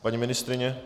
Paní ministryně?